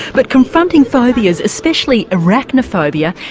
but confronting phobias, especially arachnophobia,